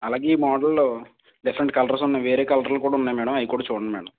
అలాగే ఈ మోడల్లో డిఫరెంట్ కలర్స్ ఉన్నాయ్ వేరే కలర్లు కూడా ఉన్నాయ్ మ్యాడం అవి కూడా చూడండి మ్యాడం